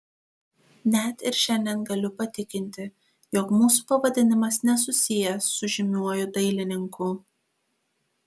net ir šiandien galiu patikinti jog mūsų pavadinimas nesusijęs su žymiuoju dailininku